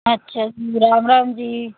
ਅੱਛਾ ਰਾਮ ਰਾਮ ਜੀ